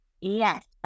Yes